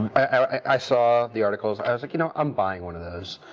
i saw the articles. i was like, you know, i'm buying one of those.